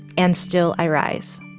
and still i rise